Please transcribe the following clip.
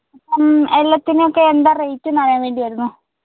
ഇപ്പം എല്ലാത്തിനൊക്കെ എന്താ റേറ്റ്ന്ന് അറിയാൻ വേണ്ടിയായിരുന്നു